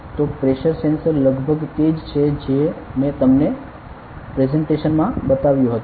તો pressure sensor લગભગ તે જ છે જે મેં તમને પ્રેજેંટેશન માં બતાવ્યું હતું